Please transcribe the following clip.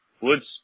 wood's